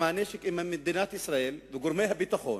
אם מדינת ישראל וגורמי הביטחון